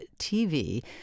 TV